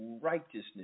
righteousness